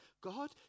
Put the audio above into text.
God